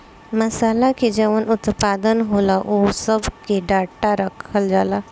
मासाला के जवन उत्पादन होता ओह सब के डाटा रखल जाता